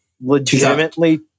legitimately